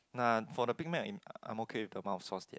nah for the Big Mac in uh I am okay with the amount of sauce yet